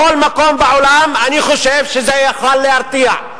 בכל מקום בעולם, אני חושב שזה יכול היה להרתיע.